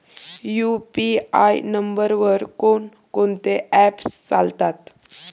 UPI नंबरवर कोण कोणते ऍप्स चालतात?